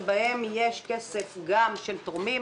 שבתוכם יש כסף גם של תורמים,